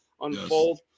unfold